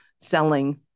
selling